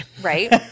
Right